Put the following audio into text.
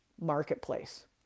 marketplace